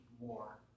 more